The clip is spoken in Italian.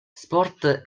sport